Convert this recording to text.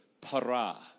para